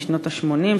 משנות ה-80,